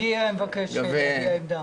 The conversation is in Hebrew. אני מבקש להביע עמדה.